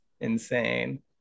insane